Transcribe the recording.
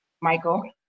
michael